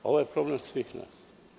Ovo je problem svih nas.